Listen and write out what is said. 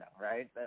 right